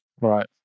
Right